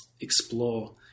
explore